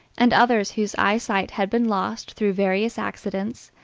and others whose eyesight had been lost through various accidents,